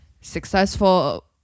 successful